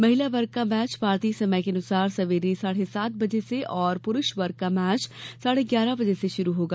महिला वर्ग का मैच भारतीय समयानुसार सवेरे साढ़े सात बजे और पुरुष वर्ग का मैच साढ़े ग्यारह बजे शुरू होगा